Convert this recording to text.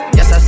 Yes